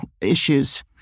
issues